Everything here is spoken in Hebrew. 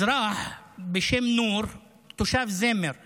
אזרח בשם נור, תושב זמר במשולש,